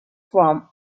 from